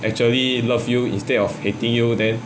actually love you instead of hating you then